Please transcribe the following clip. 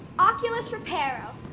oculus repairo.